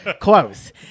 Close